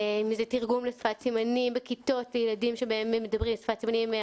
אם זה תרגום לשפת סימנים בכיתות לילדים שבהן מדברים בשפת הסימנים,